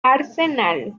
arsenal